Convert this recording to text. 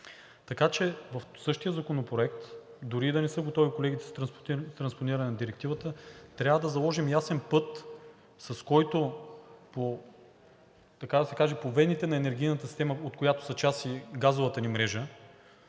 В същия законопроект, дори и да не са готови колегите с транспониране на Директивата, трябва да заложим ясен път, с който, така да се каже, по вените на енергийната система, от която е част и газовата ни мрежа…